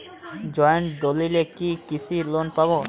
Joint দলিলে কি কৃষি লোন পাব?